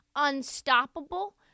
unstoppable